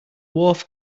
wharf